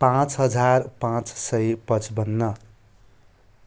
पाँच हजार पाँच सय पचपन्न